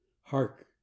hark